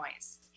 noise